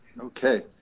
Okay